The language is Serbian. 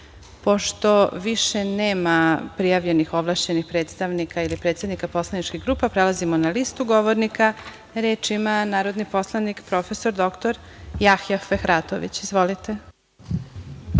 više nema prijavljenih ovlašćenih predstavnika ili predsednika poslaničkih grupa, prelazimo na listu govornika. Reč ima narodni poslanik prof. dr Jahja Fehratović. Izvolite.